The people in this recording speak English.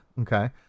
okay